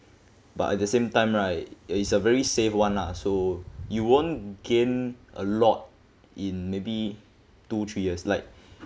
but at the same time right is a very safe [one] lah so you won't gain a lot in maybe two three years like